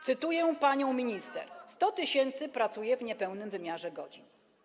Cytuję panią minister: 100 tys. pracuje w niepełnym wymiarze godzin.